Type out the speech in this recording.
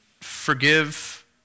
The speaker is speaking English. forgive